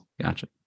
gotcha